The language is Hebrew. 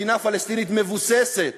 מדינה פלסטינית מבוססת